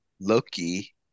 Loki